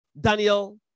Daniel